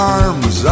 arms